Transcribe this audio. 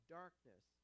darkness